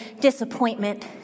disappointment